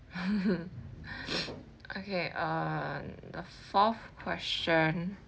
okay um the fourth question